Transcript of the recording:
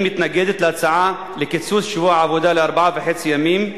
מתנגדת להצעה לקיצוץ שבוע העבודה לארבעה וחצי ימים.